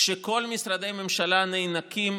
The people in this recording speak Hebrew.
כשכל משרדי הממשלה נאנקים,